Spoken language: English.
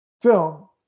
film